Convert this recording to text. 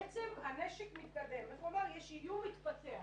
בעצם, הנשק מתקדם, הוא אמר יש איום מתפתח.